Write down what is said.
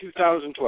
2012